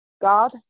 God